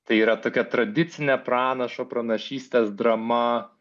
tai yra tokia tradicinė pranašo pranašystės drama